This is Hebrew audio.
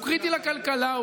הוא קריטי לכלכלה,